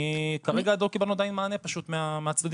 כרגע עוד לא קיבלנו מענה מהצדדים.